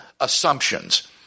assumptions